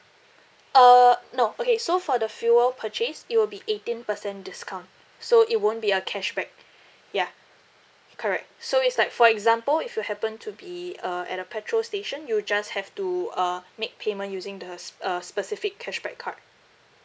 uh no okay so for the fuel purchase it will be eighteen percent discount so it won't be a cashback ya correct so it's like for example if you happen to be uh at the petrol station you just have to uh make payment using the s~ uh specific cashback card